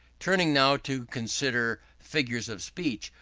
turning now to consider figures of speech,